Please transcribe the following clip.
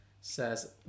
says